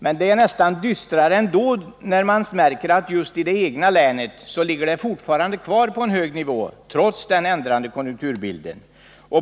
Men det är dystert ändå, när man märker att just i det egna länet ligger arbetslösheten kvar på en hög nivå trots den ändrade konjunkturbilden.